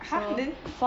!huh! then